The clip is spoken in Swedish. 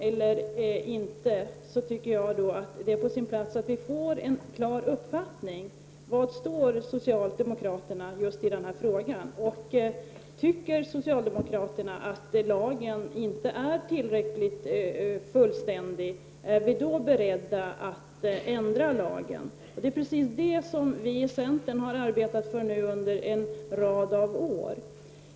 Vare sig man tolkar lagen eller inte är det på sin plats att socialdemokraterna klargör var de står just i den här frågan. Om socialdemokraterna inte anser att lagen är tillräckligt fullständig, är ni då beredda att ändra den? Detta har vi i centern nu arbetat för under en lång rad av år.